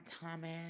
Thomas